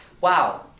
Wow